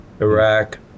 Iraq